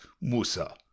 Musa